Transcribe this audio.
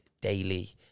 daily